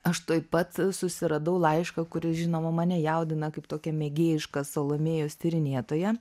aš tuoj pat susiradau laišką kuris žinoma mane jaudina kaip tokią mėgėjišką salomėjos tyrinėtoją